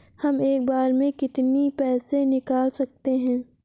हम एक बार में कितनी पैसे निकाल सकते हैं?